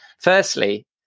firstly